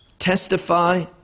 Testify